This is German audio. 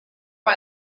man